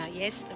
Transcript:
yes